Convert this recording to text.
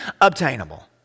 obtainable